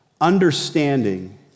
understanding